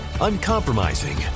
uncompromising